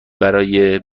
برای